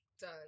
done